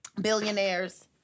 billionaires